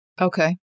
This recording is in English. Okay